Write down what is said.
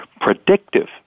predictive